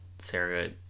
sarah